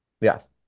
Yes